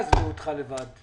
בעד אישור הצעת החוק?